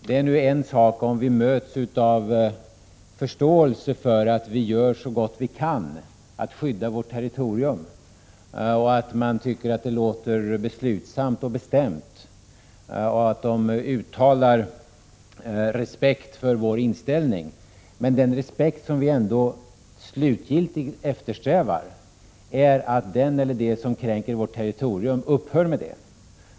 Det är nu en sak om vi möts av förståelse för att vi gör så gott vi kan för att skydda vårt territorium, att man tycker att det låter beslutsamt och bestämt och att det uttalas respekt för vår inställning. Men den respekt som vi slutgiltigt eftersträvar är att den eller de som kränker vårt territorium upphör med det.